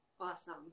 Awesome